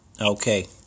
Okay